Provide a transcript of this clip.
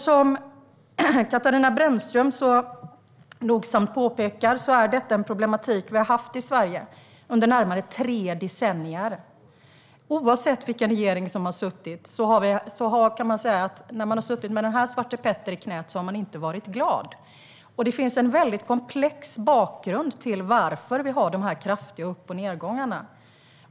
Som Katarina Brännström så noga påpekar är detta en problematik vi har haft i Sverige under närmare tre decennier. Oavsett vilken regering som har suttit vid makten har man, kan vi säga, inte varit glad när man har blivit sittande med denna svartepetter. Det finns en väldigt komplex bakgrund till de kraftiga upp och nedgångarna.